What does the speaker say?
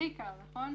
הכי קל, נכון?